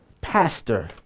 pastor